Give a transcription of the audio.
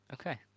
Okay